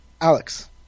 alex